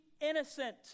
innocent